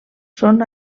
són